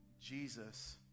Jesus